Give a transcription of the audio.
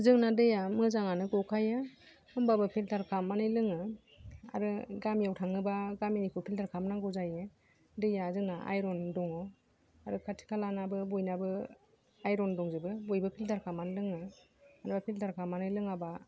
जोंना दैया मोजाङानो गखायो होमबाबो फिल्टार खालामनानै लोङो आरो गामियाव थाङोबा गामिनिखौ फिल्टार खालामनांगौ जायो दैया जोंना आयरन दङ आरो खाथि खालानाबो बयनाबो आयरन दंजोबो बयबो फिल्टार खालामनानै लोङो बे फिल्टार खालामनानै लोङाबा